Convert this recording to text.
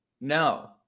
No